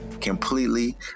Completely